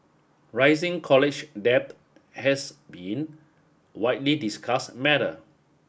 rising college debt has been widely discussed matter